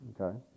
Okay